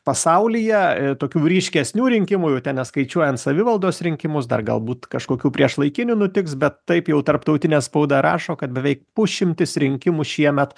pasaulyje tokių ryškesnių rinkimų jau ten neskaičiuojant savivaldos rinkimus dar galbūt kažkokių priešlaikinių nutiks bet taip jau tarptautinė spauda rašo kad beveik pusšimtis rinkimų šiemet